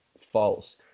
false